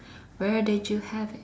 where did you have it